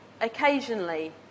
occasionally